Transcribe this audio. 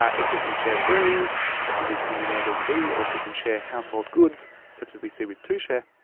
ah if we can share rooms such as we've seen with air bnb, or if we can share household goods such as we see with tushare,